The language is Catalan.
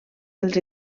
dels